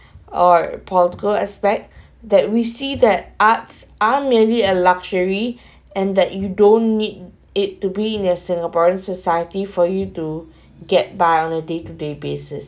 alright political aspect that we see that arts are merely a luxury and that you don't need it to be in a singaporean society for you to get by on a day to day basis